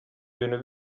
ibintu